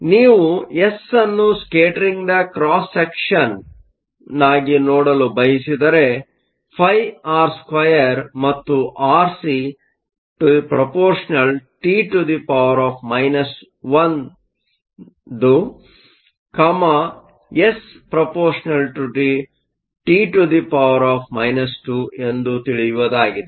ಈಗ ನೀವು ಎಸ್ನ್ನು ಸ್ಕೇಟರಿಂಗ ದ ಕ್ರಾಸ್ ಸೆಕ್ಷನ್ ನ್ನಾಗಿ ನೋಡಲು ಬಯಸಿದರೆ φ r2 ಮತ್ತು rc α T 1 S α T 2 ಎಂದು ತಿಳಿಯುವುದಾಗಿದೆ